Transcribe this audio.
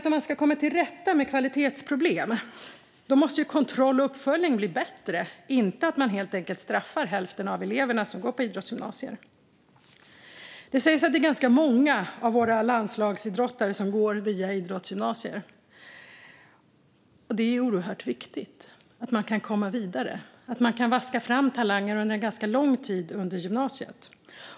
Om man ska komma till rätta med kvalitetsproblem måste man se till att kontroll och uppföljning blir bättre, inte helt enkelt straffa hälften av eleverna som går på idrottsgymnasier. Det sägs att ganska många av våra landslagsidrottare har gått till landslaget via ett idrottsgymnasium. Det är oerhört viktigt att man kan komma vidare, att vi kan vaska fram talanger under en ganska lång tid under gymnasiet.